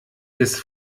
des